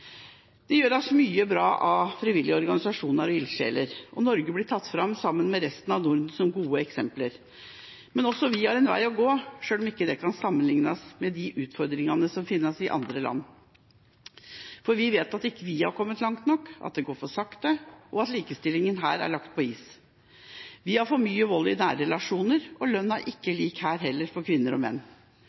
Det gjøres mye bra av frivillige organisasjoner og ildsjeler, og Norge blir tatt fram sammen med resten av Norden som gode eksempler. Men også vi har en vei å gå, selv om det ikke kan sammenlignes med de utfordringene som finnes i mange andre land. For vi vet at vi ikke er kommet langt nok, at det går for sakte, og at likestillingen her er lagt på is. Vi har for mye vold i nære relasjoner, og lønnen er ikke lik for kvinner og menn her heller. Likevel har vi sterkere og